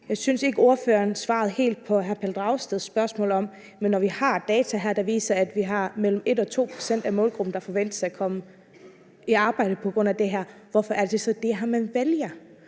Jeg synes ikke, ordføreren svarede helt på hr. Pelle Dragsteds spørgsmål om, at når vi har data her, der viser, at mellem 1 og 2 pct. af målgruppen forventes at komme i arbejde på grund af det her, hvorfor er det så det her, man vælger?